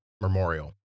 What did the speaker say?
memorial